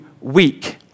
weak